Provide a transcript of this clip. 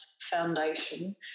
foundation